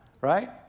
right